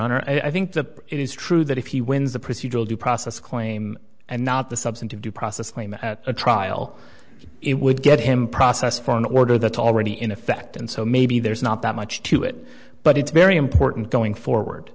honor i think that it is true that if he wins the procedural due process claim and not the substantive due process a trial it would get him process for an order that already in effect and so maybe there's not that much to it but it's very important going forward